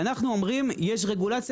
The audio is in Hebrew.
ואנחנו אומרים: יש רגולציה.